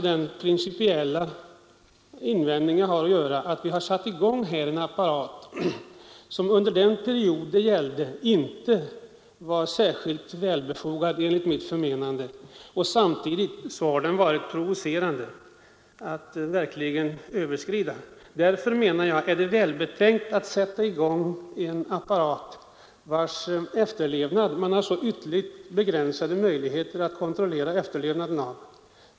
Den principiella invändning jag har att göra är således att man satt i gång en apparat som under den period det gällde inte var särskilt väl befogad och som samtidigt provocerade till överträdelser. Därför ifrågasätter jag om det var välbetänkt att sätta i gång en apparat, vars efterlevnad man hade så ytterligt begränsade möjligheter att kontrollera.